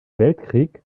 weltkrieg